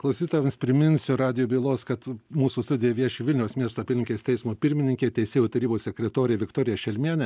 klausytojams priminsiu radijo bylos kad mūsų studijoj vieši vilniaus miesto apylinkės teismo pirmininkė teisėjų tarybos sekretorė viktorija šelmienė